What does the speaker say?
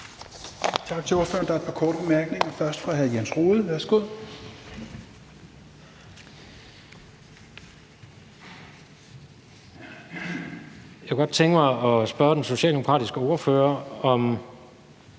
Tak til ordføreren. Der er et par korte bemærkninger, først fra hr. Jens Rohde. Værsgo. Kl. 22:52 Jens Rohde (KD): Jeg kunne godt tænke mig at spørge den socialdemokratiske ordfører, om